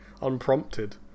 unprompted